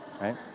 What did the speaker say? right